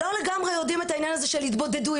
לא לגמרי יודעים את העניין הזה של התבודדויות,